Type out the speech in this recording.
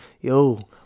yo